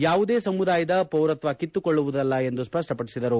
ಯಾವುದೇ ಸಮುದಾಯದ ಪೌರತ್ವ ಕಿತ್ತುಕೊಳ್ಳುವುದಿಲ್ಲ ಎಂದು ಸ್ಪಪ್ಪಪಡಿಸಿದರು